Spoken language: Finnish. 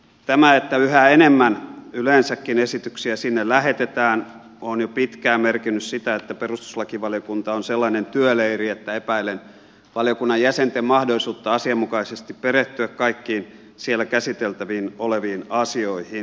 tämä että yhä enemmän yleensäkin esityksiä sinne lähetetään on jo pitkään merkinnyt sitä että perustuslakivaliokunta on sellainen työleiri että epäilen valiokunnan jäsenten mahdollisuutta asianmukaisesti perehtyä kaikkiin siellä käsiteltävinä oleviin asioihin